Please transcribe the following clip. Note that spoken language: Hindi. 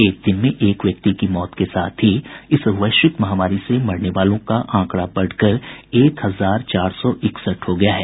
एक दिन में एक व्यक्ति की मौत के साथ ही इस वैश्विक महामारी से मरने वालों का आंकड़ा बढ़कर एक हजार चार सौ इकसठ हो गया है